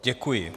Děkuji.